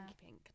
pink